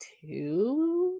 two